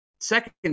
second